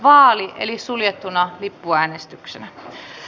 vaali toimitetaan siis umpilipuin